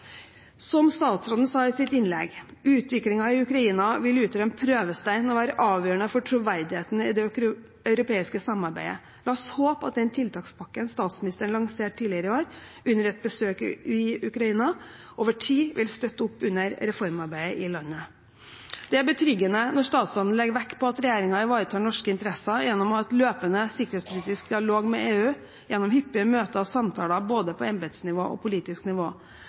Som statsråden sa i sin redegjørelse: Utviklingen i Ukraina vil utgjøre en prøvestein og være avgjørende for troverdigheten i det europeiske samarbeidet. La oss håpe at den tiltakspakken statsministeren lanserte tidligere i år under et besøk i Ukraina, over tid vil støtte opp under reformarbeidet i landet. Det er betryggende når statsråden legger vekt på at regjeringen ivaretar norske interesser gjennom å ha en løpende sikkerhetspolitisk dialog med EU, gjennom hyppige møter og samtaler både på embetsnivå og politisk nivå,